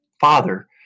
father